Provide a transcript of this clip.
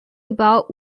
about